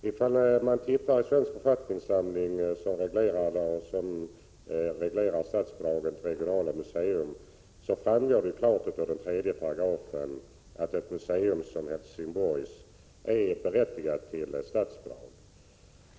Om man tittar i svensk författningssamling som reglerar statsbidraget till regionala museer, finner man i 3 § att ett museum som Helsingborgs museum är berättigat till statsbidrag.